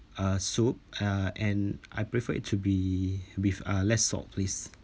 uh soup uh and I prefer it to be with uh less salt please